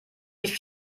die